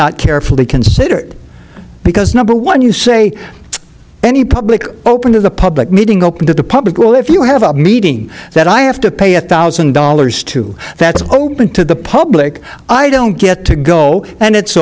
not carefully considered because number one you say any public open to the public meeting open to the public well if you have a meeting that i have to pay a thousand dollars to that's open to the public i don't get to go and it's